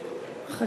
(מס'